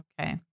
Okay